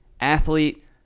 athlete